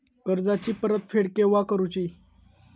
कर्जाची परत फेड केव्हा करुची?